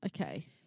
Okay